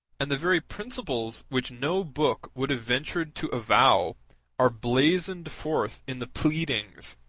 and the very principles which no book would have ventured to avow are blazoned forth in the pleadings,